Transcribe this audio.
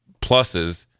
pluses